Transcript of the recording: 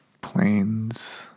Planes